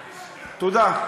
תודה.